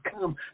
come